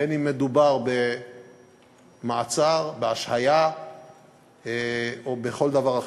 בין שמדובר במעצר, בהשהיה או בכל דבר אחר.